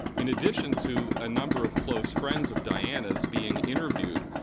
in addition to a number of close friends of diana's being interviewed,